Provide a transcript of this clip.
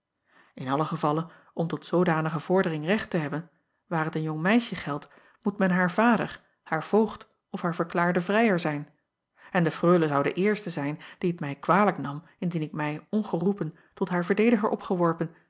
n allen gevalle om tot zoodanige vordering recht te hebben waar t een jong meisje geldt moet men haar vader haar voogd of haar verklaarde vrijer zijn en de reule zou de eerste zijn die t mij kwalijk nam indien ik mij ongeroepen tot haar verdediger opgeworpen